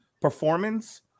Performance